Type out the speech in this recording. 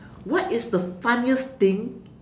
what is the funniest thing